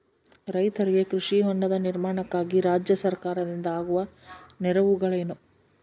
ರೈತರಿಗೆ ಕೃಷಿ ಹೊಂಡದ ನಿರ್ಮಾಣಕ್ಕಾಗಿ ರಾಜ್ಯ ಸರ್ಕಾರದಿಂದ ಆಗುವ ನೆರವುಗಳೇನು?